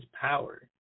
power